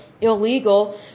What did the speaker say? illegal